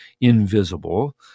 invisible